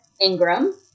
Ingram